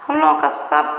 हमलोगों का सब